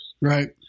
Right